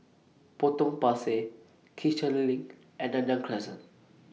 Potong Pasir Kiichener LINK and Nanyang Crescent